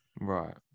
Right